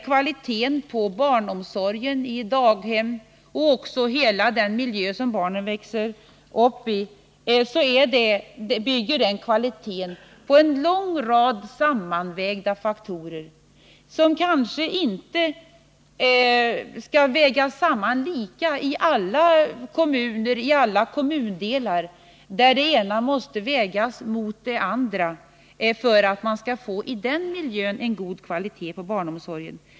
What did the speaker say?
Kvaliteten på barnomsorgen i daghemmen och även hela den miljö som barnen växer upp i, bygger på en lång rad sammanvägda faktorer, som kanske inte skall vägas samman på samma sätt i alla kommuner, i alla kommundelar. Det ena måste vägas mot det andra för att man i en viss miljö skall få en god kvalitet på barnomsorgen.